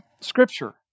scripture